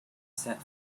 set